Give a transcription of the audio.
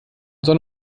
sonn